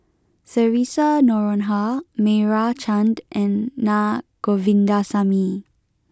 Theresa Noronha Meira Chand and Na Govindasamy